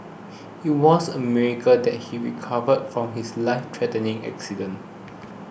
it was a miracle that he recovered from his lifethreatening accident